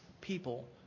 people